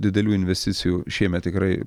didelių investicijų šiemet tikrai